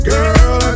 Girl